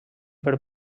per